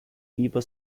fieber